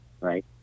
Right